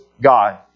God